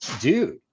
dude